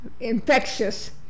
infectious